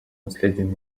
наследием